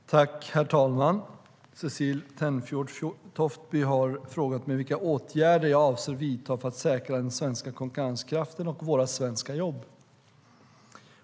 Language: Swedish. STYLEREF Kantrubrik \* MERGEFORMAT Svar på interpellationerHerr talman! Cecilie Tenfjord-Toftby har frågat mig vilka åtgärder jag avser att vidta för att säkra den svenska konkurrenskraften och våra svenska jobb.